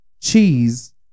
cheese